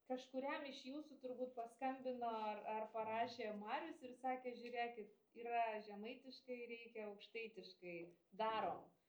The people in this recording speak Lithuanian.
kažkuriam iš jūsų turbūt paskambino ar ar parašė marius ir sakė žiūrėkit yra žemaitiškai reikia aukštaitiškai darom